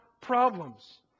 problems